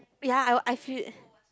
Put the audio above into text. yea I I feel